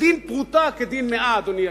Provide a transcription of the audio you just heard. דין פרוטה כדין מאה, אדוני היושב-ראש.